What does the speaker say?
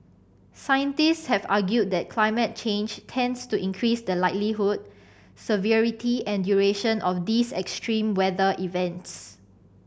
scientist have argued that climate change tends to increase the likelihood severity and duration of these extreme weather events